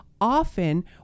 often